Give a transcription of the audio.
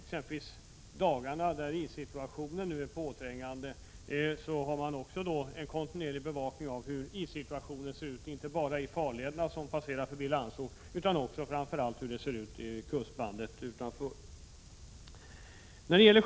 De dagar när issituationen är påträngande har man exempelvis en kontinuerlig bevakning av issituationen, inte bara i farlederna förbi Landsort utan framför allt i kustbandet utanför Landsort.